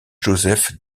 joseph